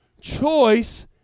choice